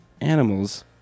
animals